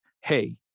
hey